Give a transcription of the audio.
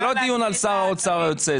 זה לא דיון על שר האוצר היוצא.